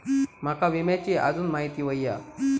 माका विम्याची आजून माहिती व्हयी हा?